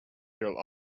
girl